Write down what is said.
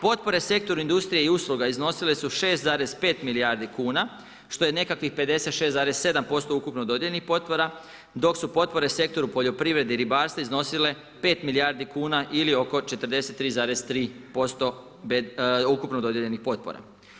Potpore sektoru industrije i usluga iznosile su 6,5 milijardi kuna što je nekakvih 56,7% ukupno dodijeljenih potpora, dok su potpore sektoru u poljoprivredi i ribarstvu iznosile 5 milijardi kuna ili oko 43,3% ukupno dodijeljenih potpora.